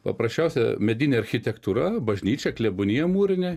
paprasčiausia medinė architektūra bažnyčia klebonija mūrinė